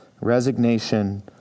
resignation